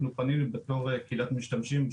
פנינו בתור קהילת משתמשים,